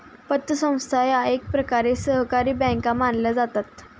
पतसंस्था या एकप्रकारे सहकारी बँका मानल्या जातात